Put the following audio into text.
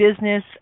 business